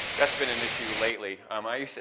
that's been an issue lately. um i,